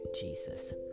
Jesus